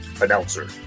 Announcer